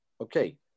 Okay